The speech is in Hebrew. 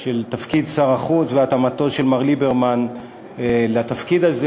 של תפקיד שר החוץ ועל התאמתו של מר ליברמן לתפקיד הזה.